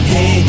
Hey